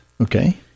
Okay